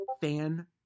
fan